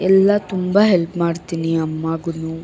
ಎಲ್ಲ ತುಂಬ ಹೆಲ್ಪ್ ಮಾಡ್ತೀನಿ ಅಮ್ಮಗೂನೂ